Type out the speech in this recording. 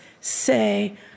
say